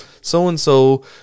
so-and-so